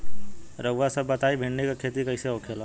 रउआ सभ बताई भिंडी क खेती कईसे होखेला?